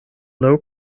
low